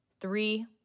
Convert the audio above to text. three